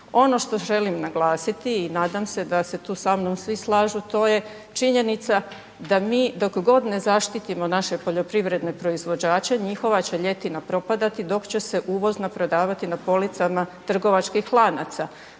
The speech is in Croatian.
Ono što želim naglasiti i nadam se da se tu sa mnom svi slažu a to je činjenica da mi dok god ne zaštitimo naše poljoprivredne proizvođače, njihova će ljetina propadati dok će uvozna prodavati na policama trgovačkih lanaca.